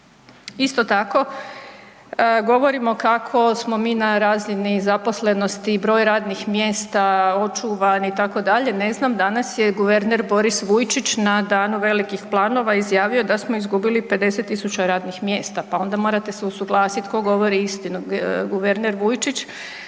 Isto tako govorimo kako smo mi na razini zaposlenosti i broj radnih mjesta očuvan itd., ne znam danas je guverner Boris Vujčić na danu velikih planova izjavio da smo izgubili 50 000 radnih mjesta, pa onda morate se usuglasit tko govori istinu, guverner Vujčić